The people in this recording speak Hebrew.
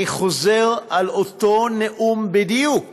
אני חוזר על אותו נאום בדיוק